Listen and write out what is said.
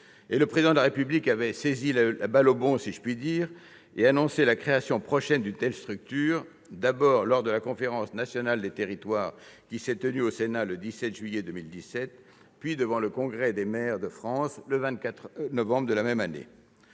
Le Président de la République avait saisi la balle au bond- si je puis m'exprimer ainsi -et annoncé la création prochaine d'une telle structure, d'abord lors de la Conférence nationale des territoires, qui s'est tenue au Sénat le 17 juillet 2017, puis devant le Congrès des maires de France, le 24 novembre 2017. L'annonce